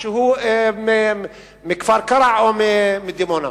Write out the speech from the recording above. שהוא מכפר-קרע או מדימונה.